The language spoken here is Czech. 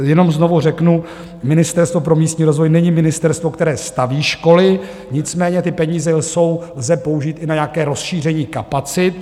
Jenom znovu řeknu, Ministerstvo pro místní rozvoj není ministerstvo, které staví školy, nicméně ty peníze lze použít i na nějaké rozšíření kapacit.